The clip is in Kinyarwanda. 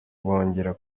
bongera